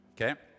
okay